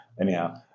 Anyhow